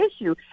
issue